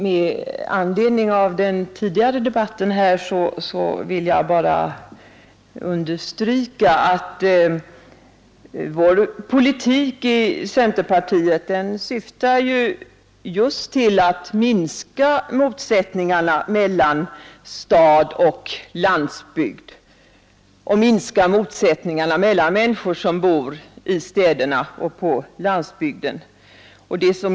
Med anledning av den tidigare debatten här vill jag understryka att centerpartiets politik syftar just till att minska motsätt ningarna mellan stad och landsbygd, mellan de människor som bor i städerna och de som bor på landsbygden.